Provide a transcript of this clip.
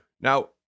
Now